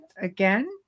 again